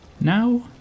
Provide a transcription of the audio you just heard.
now